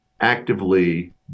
actively